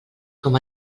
com